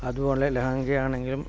അതുപോലെ ലഹങ്കയാണെങ്കിലും